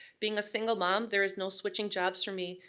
being a single mom, there is no switching jobs for me,